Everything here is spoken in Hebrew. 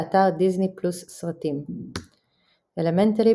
באתר דיסני+ סרטים "אלמנטלי",